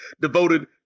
devoted